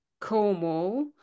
Cornwall